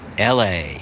LA